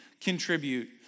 contribute